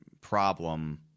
problem